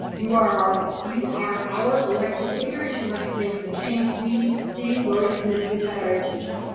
you are you are our elected leaders. you must make the change we need to see, laurie smith, retired teacher.